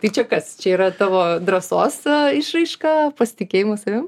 tai čia kas čia yra tavo drąsos išraiška pasitikėjimo savim